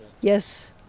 yes